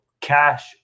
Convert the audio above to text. cash